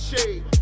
Shade